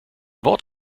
wort